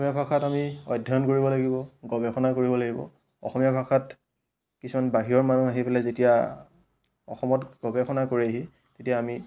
অসমীয়া ভাষাত আমি অধ্যয়ন কৰিব লাগিব গৱেষণা কৰিব লাগিব অসমীয়া ভাষাত কিছুমান বাহিৰৰ মানুহ আহি পেলাই যেতিয়া অসমত গৱেষণা কৰেহি তেতিয়া আমি